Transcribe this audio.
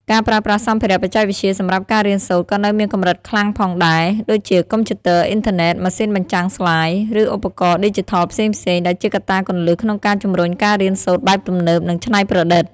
ការប្រើប្រាស់សម្ភារៈបច្ចេកវិទ្យាសម្រាប់ការរៀនសូត្រ ក៏នៅមានកម្រិតខ្លាំងផងដែរ ដូចជា កុំព្យូទ័រ អុីនធឺណេត ម៉ាស៊ីនបញ្ចាំងស្លាយ ឬឧបករណ៍ឌីជីថលផ្សេងៗ ដែលជាកត្តាគន្លឹះក្នុងការជំរុញការរៀនសូត្របែបទំនើប និងច្នៃប្រឌិត។